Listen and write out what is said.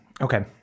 Okay